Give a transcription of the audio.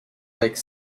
like